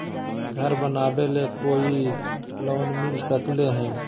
घर बनावे ले कोई लोनमिल सकले है?